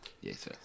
Yes